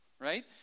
Right